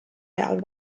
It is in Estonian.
ajal